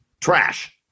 Trash